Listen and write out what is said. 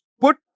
Put